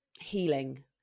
healing